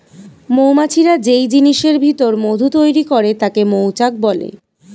মৌমাছিরা যেই জিনিসের ভিতর মধু তৈরি করে তাকে মৌচাক বলে